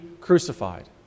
crucified